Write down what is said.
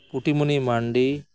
Putimoni Mandi